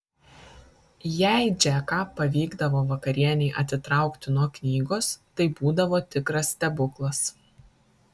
jei džeką pavykdavo vakarienei atitraukti nuo knygos tai būdavo tikras stebuklas